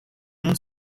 monde